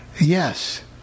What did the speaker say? Yes